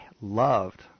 loved